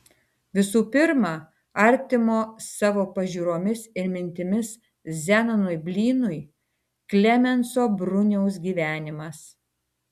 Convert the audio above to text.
visų pirma artimo savo pažiūromis ir mintimis zenonui blynui klemenso bruniaus gyvenimas